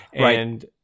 Right